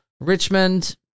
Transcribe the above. Richmond